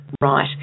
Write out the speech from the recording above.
right